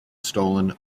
stolen